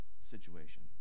situation